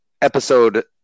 episode